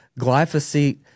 glyphosate